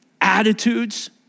attitudes